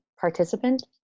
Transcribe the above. participant